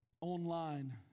online